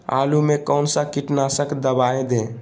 आलू में कौन सा कीटनाशक दवाएं दे?